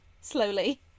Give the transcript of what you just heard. Slowly